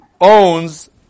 owns